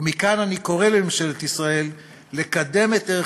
ומכאן אני קורא לממשלת ישראל לקדם את ערך